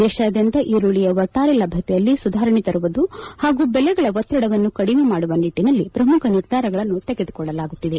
ದೇಶಾದ್ಯಂತ ಈರುಳ್ಳಯ ಒಟ್ಟಾರೆ ಲಭ್ಯತೆಯಲ್ಲಿ ಸುಧಾರಣೆ ತರುವುದು ಹಾಗೂ ಬೆಲೆಗಳ ಒತ್ತಡವನ್ನು ಕಡಿಮೆ ಮಾಡುವ ನಿಟ್ಟನಲ್ಲಿ ಪ್ರಮುಖ ನಿರ್ಧಾರಗಳನ್ನು ತೆಗೆದುಕೊಳ್ಳಲಾಗುತ್ತಿದೆ